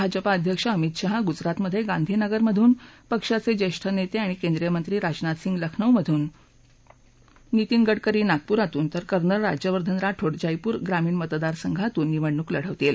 भाजपा अध्यक्ष अमित शहा गुजरातमधे गांधीनगर मधून पक्षाचे ज्येष्ठ नेते आणि केंद्रीय मंत्री राजनाथ सिंग लखनौमधून नीतीन गडकरी नागपुरातून तर कर्नल राज्यवर्धन राठोड जयपूर ग्रामीण मतदार संघातून निवडणूक लढवतील